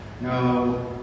no